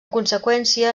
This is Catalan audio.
conseqüència